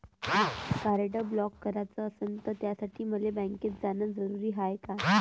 Card block कराच असनं त त्यासाठी मले बँकेत जानं जरुरी हाय का?